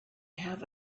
have